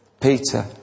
Peter